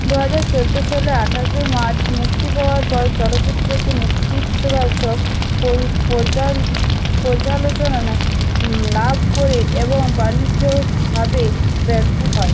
দু হাজার চোদ্দো সালের আঠাশে মার্চ মুক্তি পাওয়ার পর চলচ্চিত্রটি নেতৃত্ববাচক পরি পর্যা পর্যালোচনা লাভ করে এবং বাণিজ্যিকভাবে ব্যর্থ হয়